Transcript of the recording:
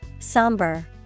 somber